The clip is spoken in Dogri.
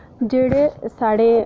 जेह्ड़े साढ़े